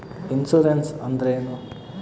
Insurance ಅಂದ್ರೇನು?